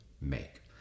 make